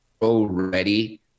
already